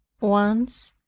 once,